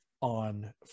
on